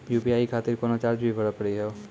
UPI खातिर कोनो charge भी भरी पड़ी हो?